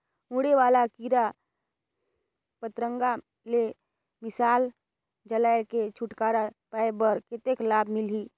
उड़े वाला कीरा पतंगा ले मशाल जलाय के छुटकारा पाय बर कतेक लाभ मिलही?